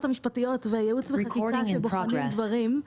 המשפטיות וייעוץ וחקיקה שבוחנים דברים.